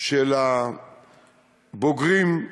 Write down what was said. של הבוגרים,